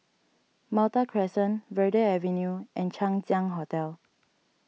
Malta Crescent Verde Avenue and Chang Ziang Hotel